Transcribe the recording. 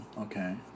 Okay